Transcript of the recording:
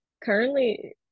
currently